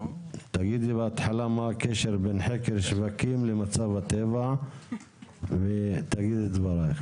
תגידי בהתחלה מה הקשר בין חקר שווקים למצב הטבע ותגידי את דברייך.